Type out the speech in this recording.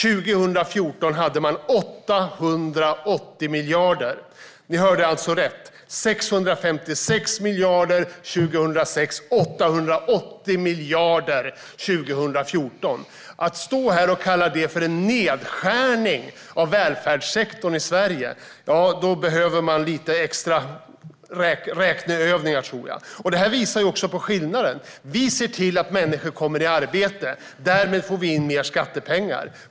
År 2014 hade de 880 miljarder. Ni hörde rätt: 656 miljarder 2006 och 880 miljarder 2014. Om man står här och kallar det för en nedskärning av välfärdssektorn i Sverige behöver man lite extra räkneövningar, tror jag. Det här visar också på skillnaden mellan oss. Vi ser till att människor kommer i arbete. Därmed får vi in mer skattepengar.